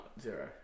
zero